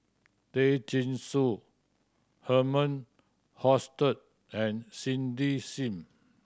Tay Chin Joo Herman Hochstadt and Cindy Sim